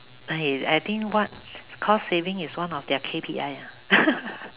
okay I think what cost saving is one of their K_P_I lah